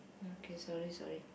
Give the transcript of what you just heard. okay sorry sorry